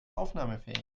aufnahmefähig